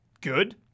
good